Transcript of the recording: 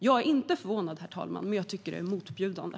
Jag är inte förvånad, herr talman, men jag tycker att det är motbjudande.